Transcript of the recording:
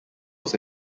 was